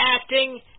acting